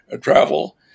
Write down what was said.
travel